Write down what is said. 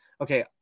Okay